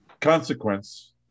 Consequence